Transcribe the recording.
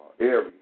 area